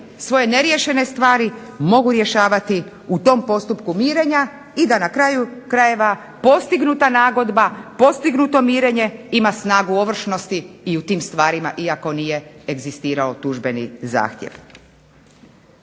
svoje neriješene stvari mogu rješavati u tom postupku mirenja i da na kraju krajeva postignuta nagodba, postignuto mirenje ima snagu ovršnosti i u tim stvarima, iako nije egzistirao tužbeni zahtjev.